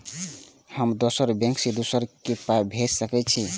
हम दोसर बैंक से दोसरा के पाय भेज सके छी?